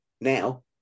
Now